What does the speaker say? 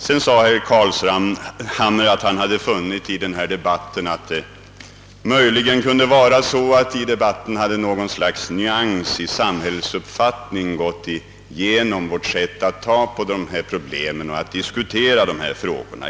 Herr Carlshamre ansåg att denna debatt visat att en nyans i samhällsuppfattning går igenom vårt sätt att se på och diskutera dessa problem.